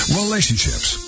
relationships